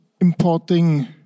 importing